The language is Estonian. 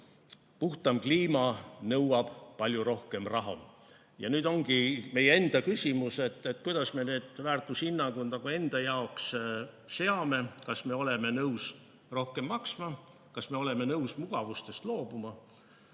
puhtam kliima nõuab palju rohkem raha. Ja nüüd ongi meie enda küsimus, kuidas me need väärtushinnangud enda jaoks seame. Kas me oleme nõus rohkem maksma? Kas me oleme nõus mugavustest loobuma,